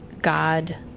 God